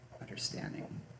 understanding